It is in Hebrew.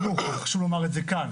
חשוב לומר כאן